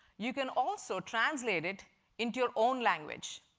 you can also translate it into your own language.